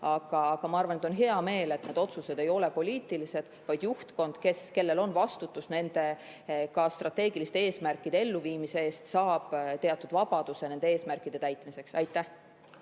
Aga ma arvan, et on hea, et need otsused ei ole poliitilised, vaid juhtkond, kes vastutab strateegiliste eesmärkide elluviimise eest, saab teatud vabaduse nende eesmärkide täitmiseks. Ja